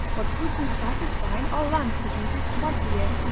what fruits and spices fine our land produces twice a year.